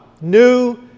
new